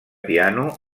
piano